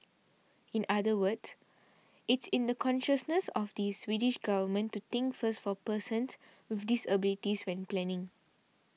in other words it's in the consciousness of the Swedish government to think first for persons with disabilities when planning